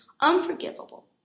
unforgivable